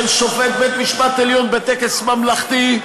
של שופט בית משפט עליון בטקס ממלכתי,